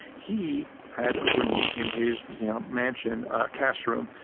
he had a room in his you know mansion, a cash room,